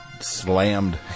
slammed